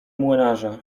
młynarza